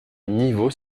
niveau